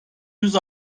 yüz